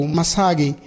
Masagi